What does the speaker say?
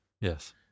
Yes